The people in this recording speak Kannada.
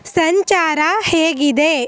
ಸಂಚಾರ ಹೇಗಿದೆ